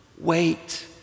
Wait